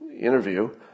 interview